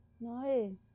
No